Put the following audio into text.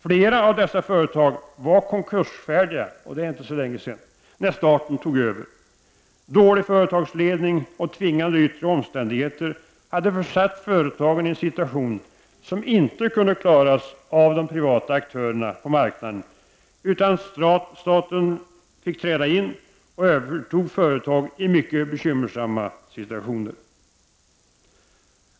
Flera av dessa företag var konkursfärdiga när staten för inte så länge sedan tog över. Dålig företagsledning och tvingande yttre omständigheter hade försatt företagen i en situation som inte kunde klaras av de privata aktörerna på marknaden, utan staten fick träda in och överta företag i mycket bekymmersamma situationer.